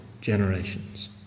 generations